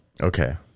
okay